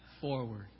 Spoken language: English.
forward